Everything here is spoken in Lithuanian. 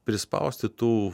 prispausti tų